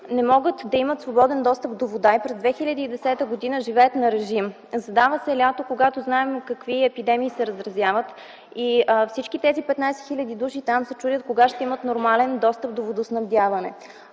не могат да имат свободен достъп до вода и през 2010 г. живеят на режим? Задава се лято, когато, знаем, какви епидемии се разразяват и всички тези 15 хил. души там се чудят кога ще имат нормален достъп до водоснабдяване.